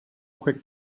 quick